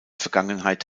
vergangenheit